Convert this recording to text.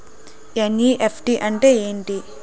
NEFT అంటే ఏమిటి?